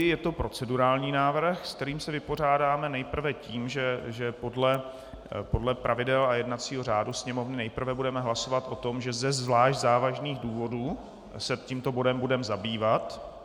Je to procedurální návrh, se kterým se vypořádáme nejprve tím, že podle pravidel a jednacího řádu Sněmovny nejprve budeme hlasovat o tom, že ze zvlášť závažných důvodů se tímto bodem budeme zabývat.